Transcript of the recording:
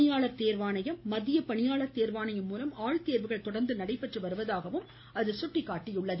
பணியாளர் தேர்வாணையம் மத்திய பணியாளர் தேர்வாணையம் மூலம் ஆள் தேர்வுகள் தொடர்ந்து நடைபெற்று வருவதாகவும் எடுத்துரைத்தது